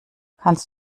kannst